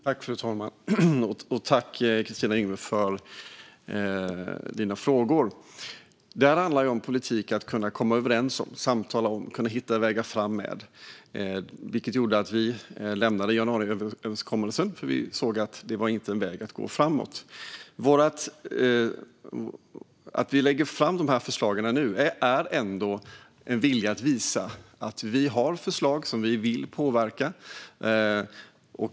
Fru talman! Jag tackar Kristina Yngwe för frågorna. Politik handlar om att komma överens, samtala och hitta vägar framåt. Vi lämnade januariöverenskommelsen för att vi såg att det inte var en väg framåt. Att vi lägger fram dessa förslag nu visar att vi har en vilja att påverka.